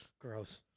Gross